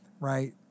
Right